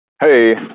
Hey